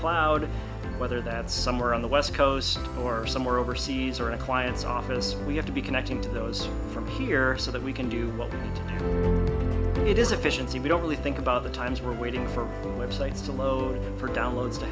cloud whether that's somewhere on the west coast or somewhere overseas or a client's office we have to be connecting to those from here so that we can do it is efficiency we don't really think about the times we're waiting for websites to load for downloads to